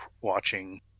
watching